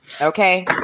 okay